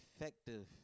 effective